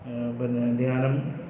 പിന്നെ ധ്യാനം